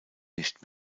nicht